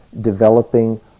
developing